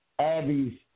Abby's